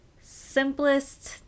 simplest